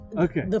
Okay